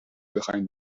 بخواین